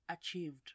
achieved